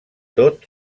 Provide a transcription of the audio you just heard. tot